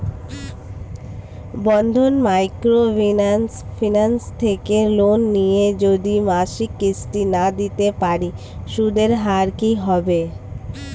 বন্ধন micro finance থেকে loan নিয়ে যদি মাসিক কিস্তি না দিতে পারি সুদের হার কি হবে?